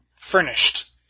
furnished